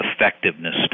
effectiveness